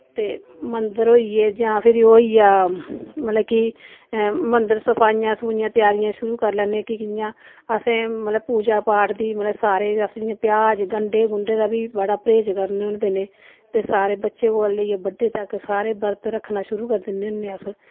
ते मंदर होई गे जां फिर ओह् होई गेआ मतलब कि मंदर सफाइयां सफुइयां तेआरियां शुरू करी लैने कि कि'यां असैं मतलब पूजा पाठ दी मतलब सारे अस इ'यां प्याज गंढे गुंढे दा बी बड़ा परहेज करने उ'नें दिनें ते सारे बच्चे कोला लेइयै बड्डे तक सारे बर्त रक्खना शुरू करी दिन्ने होन्ने अस